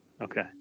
Okay